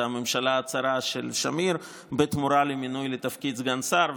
הממשלה הצרה של שמיר בתמורה למינוי לתפקיד סגן שר,